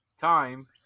Time